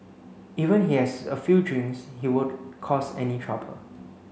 even he has a few drinks he won't cause any trouble